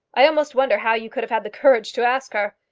i almost wonder how you could have had the courage to ask her.